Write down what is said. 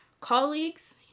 colleagues